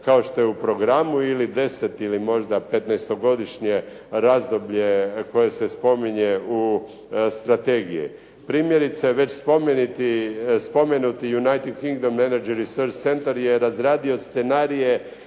kao što je u programu ili 10 ili možda 15-godišnje razdoblje koje se spominje u strategiji. Primjerice, već spomenuti "United Kingdom Energy Research Center" je razradio scenarije